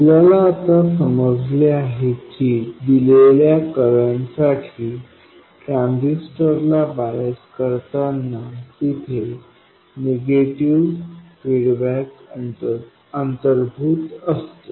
आपल्याला आता समजले आहे की दिलेल्या करंटसाठी ट्रान्झिस्टर ला बायस करताना तिथे निगेटिव्ह फीडबॅक अंतर्भूत असतो